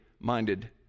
minded